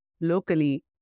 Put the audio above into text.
locally